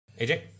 AJ